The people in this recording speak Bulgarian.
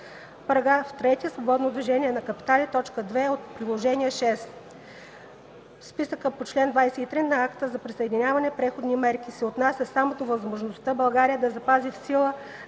(§ 3 „Свободно движение на капитали”, т. 2 от Приложение VI: Списъка по чл. 23 на Акта за присъединяване – Преходни мерки) се отнася само до възможността България да „запази в сила,